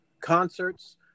concerts